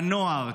לנוער,